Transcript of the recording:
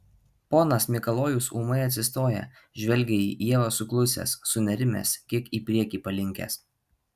ponas mikalojus ūmai atsistoja žvelgia į ievą suklusęs sunerimęs kiek į priekį palinkęs